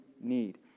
need